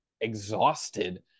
exhausted